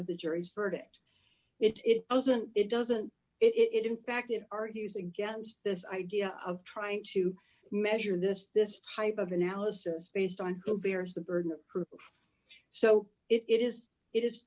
of the jury's verdict it doesn't it doesn't it in fact it argues against this idea of trying to measure this this type of analysis based on who bears the burden of proof so it is it is